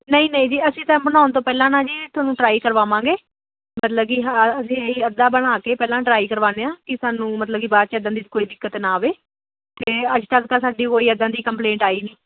ਨਹੀਂ ਨਹੀਂ ਜੀ ਅਸੀਂ ਤਾਂ ਬਣਾਉਣ ਤੋਂ ਪਹਿਲਾਂ ਨਾ ਜੀ ਤੁਹਾਨੂੰ ਟਰਾਈ ਕਰਵਾਵਾਂਗੇ ਮਤਲਬ ਕੀ ਹਾਂ ਅਸੀਂ ਅੱਧਾ ਬਣਾ ਕੇ ਪਹਿਲਾਂ ਟਰਾਈ ਕਰਵਾਉਂਦੇ ਹਾਂ ਕਿ ਸਾਨੂੰ ਮਤਲਬ ਕੀ ਬਾਅਦ 'ਚ ਕੋਈ ਦਿੱਕਤ ਨਾ ਆਵੇ ਅਤੇ ਅੱਜ ਤੱਕ ਤਾਂ ਸਾਡੀ ਕੋਈ ਇੱਦਾਂ ਦੀ ਕੰਪਲੇਂਟ ਆਈ ਨਹੀਂ